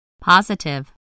Positive